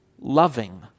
loving